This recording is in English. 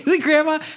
Grandma